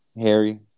Harry